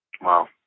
Wow